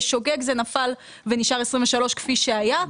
זה נפל בשוגג ונשאר 23, כפי שהיה.